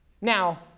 Now